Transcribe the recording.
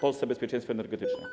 Polsce bezpieczeństwo energetyczne.